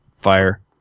fire